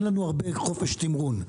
אין לנו הרבה חופש תמרון.